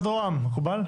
משרד רוה"מ, מקובל?